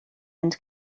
and